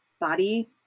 body